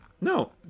No